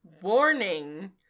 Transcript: Warning